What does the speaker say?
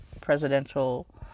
presidential